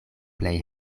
plej